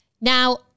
now